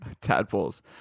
Tadpoles